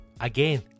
again